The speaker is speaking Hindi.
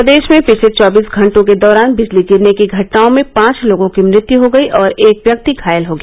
प्रदेश में पिछले चौबीस घंटों के दौरान बिजली गिरने की घटनाओं में पांच लोगों की मृत्यू हो गई और एक व्यक्ति घायल हो गया